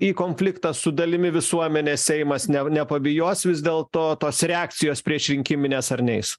į konfliktą su dalimi visuomenės seimas ne nepabijos vis dėlto tos reakcijos priešrinkiminės ar neis